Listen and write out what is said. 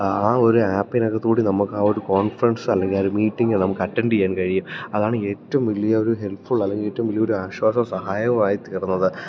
ആ ഒരു ആപ്പിനകത്തു കൂടി നമുക്ക് ആ ഒരു കോൺഫറൻസ് അല്ലെങ്കിൽ ആ ഒരു മീറ്റിംഗ് നമുക്ക് അറ്റൻഡ് ചെയ്യാൻ കഴിയും അതാണ് ഏറ്റവും വലിയൊരു ഹെൽപ്ഫുൾ അല്ലെങ്കില് ഏറ്റവും വലിയൊരു ആശ്വാസം സഹായവുമായിത്തീർന്നത്